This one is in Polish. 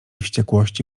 wściekłości